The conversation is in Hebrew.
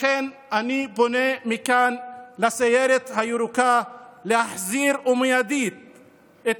לכן אני פונה מכאן לסיירת הירוקה להחזיר מיידית את